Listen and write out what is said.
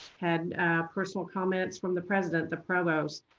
had personal comment from the president, the provost,